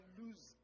lose